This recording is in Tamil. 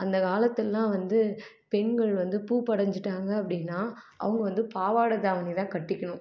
அந்த காலத்துலல்லாம் வந்து பெண்கள் வந்து பூப்பு அடைஞ்சிட்டாங்க அப்படினா அவங்க வந்து பாவாடை தாவணி தான் கட்டிக்கணும்